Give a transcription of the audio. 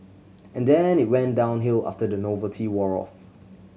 and then it went downhill after the novelty wore off